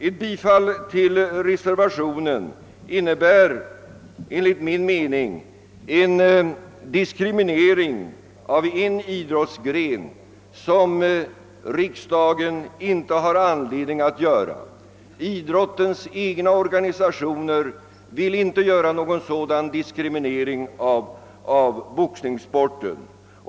Ett bifall till reservationen innebär enligt min mening en diskriminering av en idrottsgren, en diskriminering som riksdagen inte har anledning att göra. Idrottens egna organisationer vill inte göra någon Ssådan diskriminering av boxningssporten.